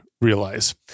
realize